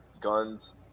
guns